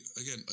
again